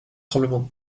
tremblements